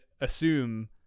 assume